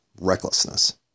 recklessness